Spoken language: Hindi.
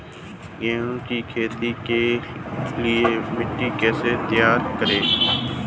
गेहूँ की खेती के लिए मिट्टी कैसे तैयार करें?